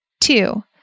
Two